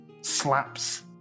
Slaps